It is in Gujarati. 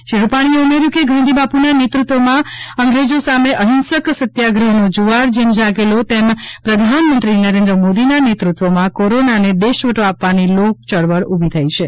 શ્રી રૂપાણીએ ઉમેર્યું કે ગાંધી બાપૂના નેતૃત્વમાં અંગ્રેજો સામે અહિંસક સત્યાગ્રહનો જુવાળ જેમ જાગેલો તેમ પ્રધાનમંત્રી મોદીના નેતૃત્વમાં કોરોનાને દેશવટો આપવાની લોક ચળવળ ઊભી થઈ છે